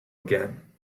again